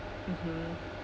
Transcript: mmhmm